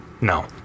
No